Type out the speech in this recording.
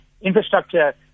Infrastructure